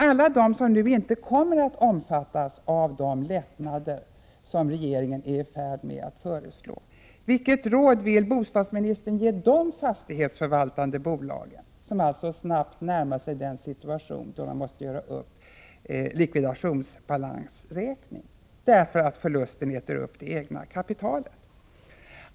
Vilka råd vill bostadsministern ge alla de fastighetsförvaltande bolag som nu inte kommer att omfattas av de lättnader som regeringen är i färd med att föreslå och som nu alltså snabbt närmar sig den situation då de måste göra likvidationsbalansräkning därför att förlusten äter upp det egna kapitalet?